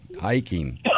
hiking